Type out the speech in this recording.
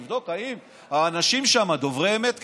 לבדוק אם האנשים שם דוברי אמת,